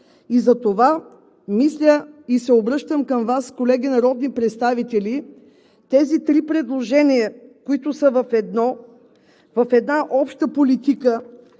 Затова мисля и се обръщам към Вас, колеги народни представители, тези три предложения, които са в едно, в една обща политика,